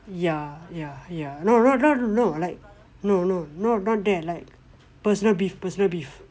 ya ya ya no no not no like no no no not that like personal beef personal beef